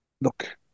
look